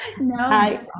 No